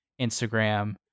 Instagram